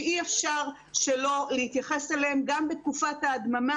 שאי אפשר שלא להתייחס אליהן גם בתקופת ההדממה